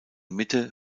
mitte